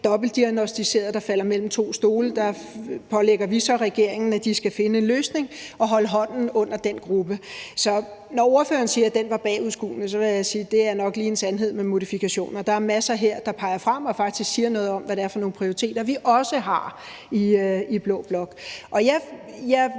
dobbeltdiagnosticerede, der falder mellem to stole, pålægger vi regeringen, at de skal finde en løsning og holde hånden under den gruppe. Så når ordføreren siger, at den var bagudskuende, vil jeg sige, at det nok lige er en sandhed med modifikationer. Der er en masse her, der peger frem og faktisk siger noget om, hvad det er for nogle prioriteter, vi også har i blå blok.